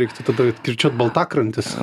reiktų tada vat kirčiuot baltakrantis